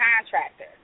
contractor